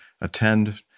attend